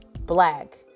black